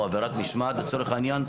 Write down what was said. עבירת משמעת לצורך העניין,